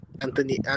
Anthony